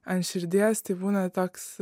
ant širdies tai būna toks